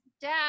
dad